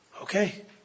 Okay